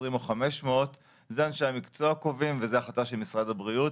20 או 500 - את זה אנשי המקצוע קובעים וזו החלטה של משרד הבריאות.